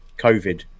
covid